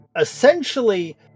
essentially